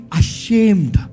ashamed